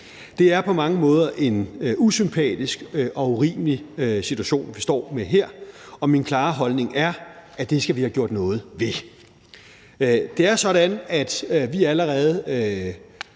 Det er på mange måder en usympatisk og urimelig situation, vi står med her, og min klare holdning er, at det skal vi have gjort noget ved. Det er sådan, at vi allerede